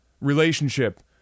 relationship